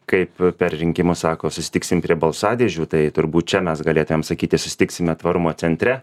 kaip per rinkimus sako susitiksim prie balsadėžių tai turbūt čia mes galėtumėm sakyti susitiksime tvarumo centre